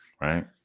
Right